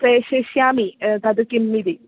प्रेषयिष्यामि तद् किम् इति